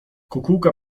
kukułka